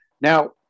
Now